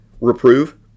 Reprove